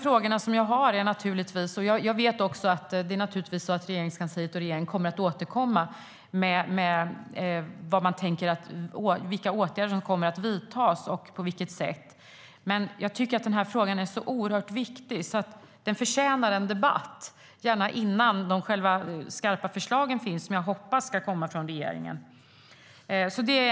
Regeringskansliet och regeringen kommer naturligtvis att återkomma med vilka åtgärder som kommer att vidtas och på vilket sätt. Men den här frågan är så oerhört viktig att den förtjänar en debatt gärna innan de skarpa förslagen finns, som jag hoppas ska komma från regeringen.